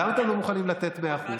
למה אתם לא מוכנים לתת 100%?